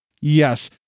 Yes